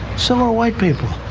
so are white people.